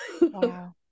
Wow